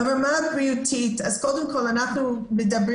ברמה הבריאותית אז קודם כל אנחנו מדברים